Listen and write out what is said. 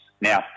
Now